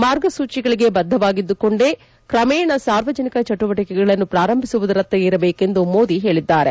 ಮಾರ್ಗಸೂಚಿಗಳಿಗೆ ಬದ್ಲವಾಗಿದ್ಲುಕೊಂಡೇ ್ರಮೇಣ ಸಾರ್ವಜನಿಕ ಚಟುವಟಿಕೆಗಳನ್ನು ಪ್ರಾರಂಭಿಸುವುದರತ್ತ ಇರಬೇಕೆಂದು ಮೋದಿ ಹೇಳಿದ್ದಾರೆ